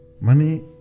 Money